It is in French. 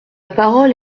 parole